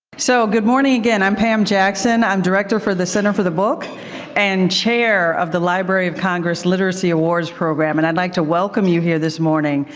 so, good morning again, i'm pam jackson, i'm director for the center for the book and chair of the library of congress literacy awards program, and i'd like to welcome you here this morning.